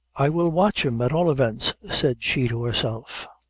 i will watch him at all events, said she to herself,